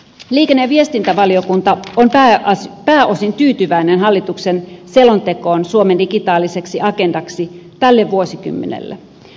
liikenne ja viestintävaliokunta on pääosin tyytyväinen hallituksen selontekoon suomen digitaaliseksi agendaksi tälle vuosikymmenelle